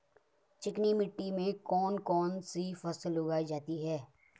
चिकनी मिट्टी में कौन कौन सी फसल उगाई जाती है?